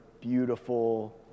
beautiful